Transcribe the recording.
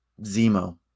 Zemo